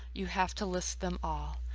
you have to list them all.